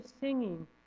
singing